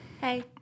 hey